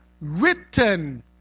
Written